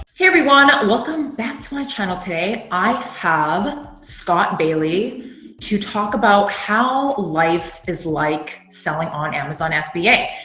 hey everyone, welcome back to my channel today. i have scott bailie to talk about how life is like selling on amazon fba.